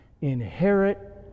inherit